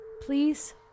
Please